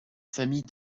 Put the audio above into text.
famille